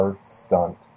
stunt